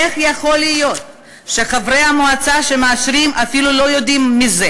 איך יכול להיות שחברי המועצה שמאשרים אפילו לא יודעים מזה?